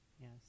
Yes